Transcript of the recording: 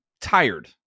tired